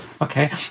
okay